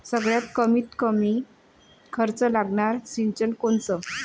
सगळ्यात कमीत कमी खर्च लागनारं सिंचन कोनचं?